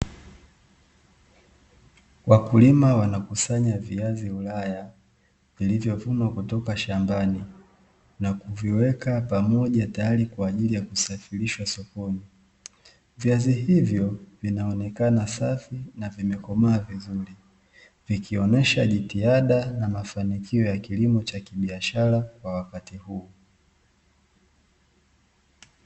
Wakulima wanakusanya viazi ulaya, vilivyovunwa kutoka shambani na kuviweka pamoja tayari kwa ajili ya kusafirishwa sokoni. Viazi hivyo vinaonekana safi na vimekomaa vizuri, vikionyesha jitihada na mafanikio ya kilimo cha biashara kwa wakati huu.